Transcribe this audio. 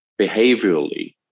behaviorally